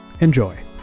Enjoy